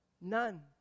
None